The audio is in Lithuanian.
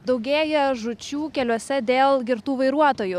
daugėja žūčių keliuose dėl girtų vairuotojų